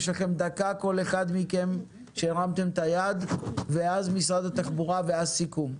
יש לכם דקה כל אחד ואז נשמע את תשובת משרד התחבורה ואז הסיכום.